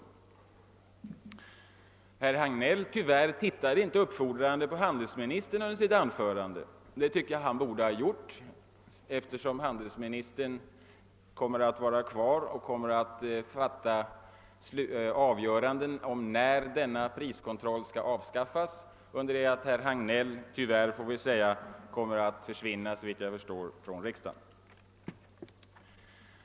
Tyvärr såg inte herr Hagnell under sitt anförande uppfordrande på handelsministern, vilket jag tycker han borde ha gjort eftersom handelsministern kommer att vara kvar och besluta när denna priskontroll skall avskaffas, under det att herr Hagnell, såvitt jag förstår, tyvärr kommer att försvinna från riksdagen.